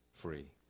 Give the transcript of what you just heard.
free